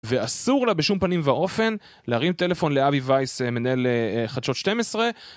ואסור לה בשום פנים ואופן להרים טלפון לאבי וייס מנהל חדשות 12